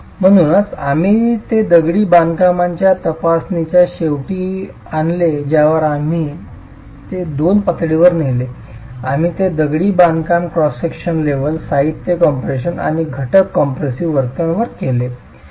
म्हणूनच आम्ही ते दगडी बांधकामाच्या तपासणीच्या शेवटी आणले ज्यावर आम्ही ते 2 पातळीवर केले आम्ही ते दगडी बांधकाम क्रॉस सेक्शन लेव्हल साहित्य कम्प्रेशन आणि घटक कॉम्प्रेसिव्ह वर्तन वर केले